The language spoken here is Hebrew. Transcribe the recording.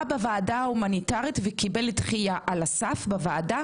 בוועדה ההומניטרית וקיבל דחייה על הסף בוועדה,